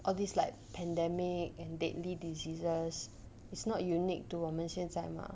all these like pandemic and deadly diseases is not unique to 我们现在 mah